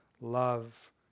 love